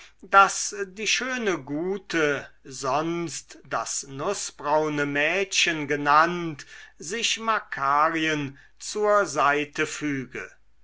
daß die schöne gute sonst das nußbraune mädchen genannt sich makarien zur seite füge